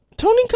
Tony